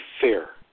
fair